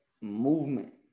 movement